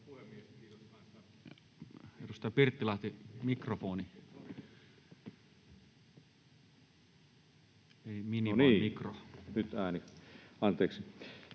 Kiitos